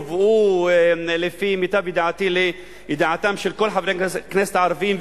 הובאו לפי מיטב ידיעתי לידיעתם של כל חברי הכנסת הערבים,